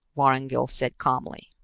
vorongil said calmly.